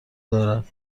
دارد